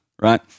right